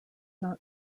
not